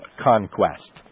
conquest